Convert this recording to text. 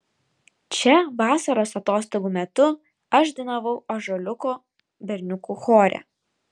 čia vasaros atostogų metu aš dainavau ąžuoliuko berniukų chore